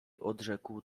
odrzekł